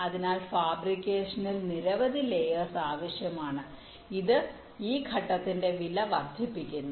അതിനാൽ ഫാബ്രിക്കേഷനിൽ നിരവധി ലയേഴ്സ് ആവശ്യമാണ് ഇത് ഈ ഘട്ടത്തിന്റെ വില വർദ്ധിപ്പിക്കുന്നു